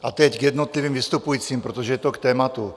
A teď k jednotlivým vystupujícím, protože je to k tématu.